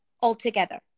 altogether